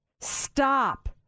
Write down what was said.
stop